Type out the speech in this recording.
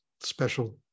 special